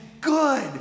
good